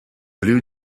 blue